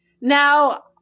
Now